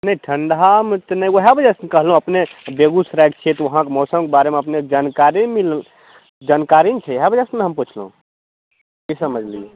नहि ठण्डामे तऽ नहि ओएह वजह से ने कहलहुॅं अपने बेगुसरायके छियै तऽ वहाँके मौसमके बारेमे अपनेके जानकारी मिल जानकारी ने छै इएह वजह से ने हम पुछलहुॅं की समझलियै